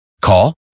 Call